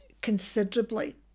considerably